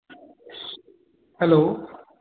hello